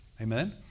Amen